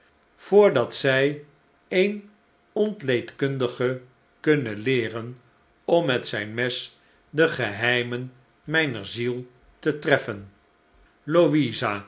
voordat zij een ontleedkundige kunnen leeren om met zijn mes de geheimen mijner ziel te treffen